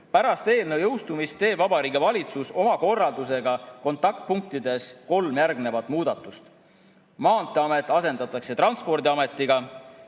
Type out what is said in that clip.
Pärast eelnõu jõustumist teeb Vabariigi Valitsus oma korraldusega kontaktpunktides kolm muudatust. Maanteeamet asendatakse Transpordiametiga.